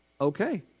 Okay